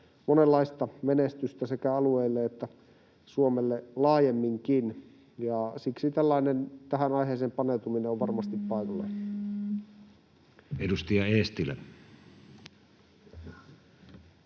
monenlaista menestystä sekä alueille että Suomelle laajemminkin. Siksi tähän aiheeseen paneutuminen on varmasti paikallaan.